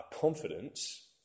confidence